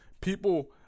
people